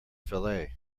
fillet